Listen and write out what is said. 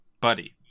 Buddy